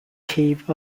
cave